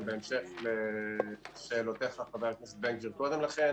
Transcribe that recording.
גם בהמשך לשאלותיך קודם לכן,